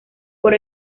por